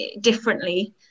differently